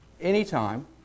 anytime